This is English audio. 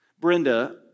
Brenda